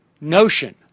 notion